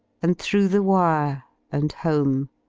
and through the wire and home,